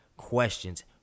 questions